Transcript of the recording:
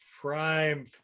prime